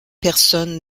personne